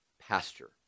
pasture